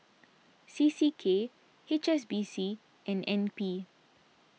C C K H S B C and N P